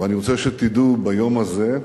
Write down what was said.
ואני רוצה שתדעו ביום הזה,